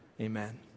Amen